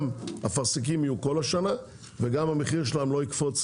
גם יהיו אפרסקים כל השנה, וגם המחיר שלהם לא יקפוץ